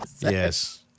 Yes